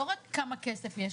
לא רק כמה כסף יש,